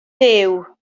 duw